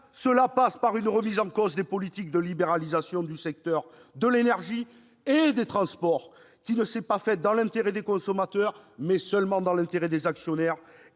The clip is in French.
Cela passe par une remise en cause des politiques de libéralisation du secteur de l'énergie et des transports, qui ne s'est pas faite dans l'intérêt des consommateurs, mais seulement dans celui des actionnaires,